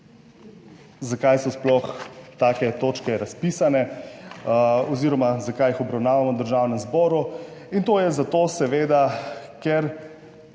zakaj so sploh take točke razpisane oziroma zakaj jih obravnavamo v Državnem zboru in to je zato seveda, ker